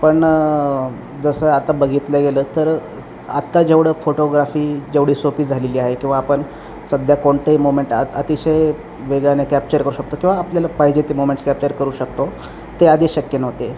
पण जसं आता बघितलं गेलं तर आत्ता जेवढं फोटोग्राफी जेवढी सोपी झालेली आहे किंवा आपण सध्या कोणतंही मोमेंट आ अतिशय वेगाने कॅप्चर करू शकतो किंवा आपल्याला पाहिजे ते मोमेंट्स कॅप्चर करू शकतो ते आधी शक्य नव्हते